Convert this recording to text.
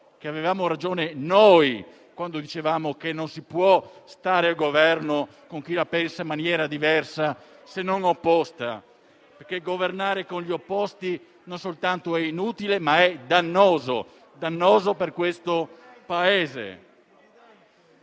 avevamo ragione noi quando dicevamo che non si può stare al Governo con chi la pensa in maniera diversa, se non opposta. Governare con gli opposti non soltanto è inutile, ma è anche dannoso per questo Paese.